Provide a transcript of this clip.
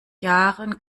jahren